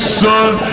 son